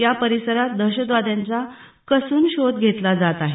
या परिसरात दहशतवाद्यांचा कसून शोध घेतला जात आहे